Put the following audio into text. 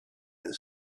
and